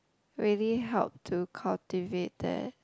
really help to cultivate their